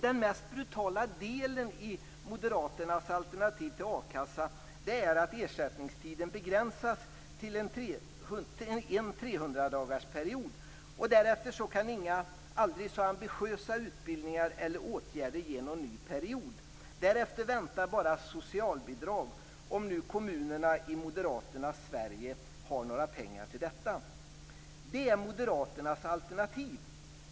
Den mest brutala delen i moderaternas alternativ till a-kassa är att ersättningstiden begränsas till en 300-dagarsperiod. Därefter kan inga aldrig så ambitiösa utbildningar eller åtgärder ge någon ny period. Därefter väntar bara socialbidrag, om nu kommunerna i moderaternas Sverige har några pengar till detta. Det är moderaternas alternativ.